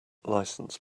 license